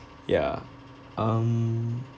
ya um